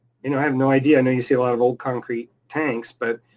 you know have no idea, i know you see a lot of old concrete tanks, but.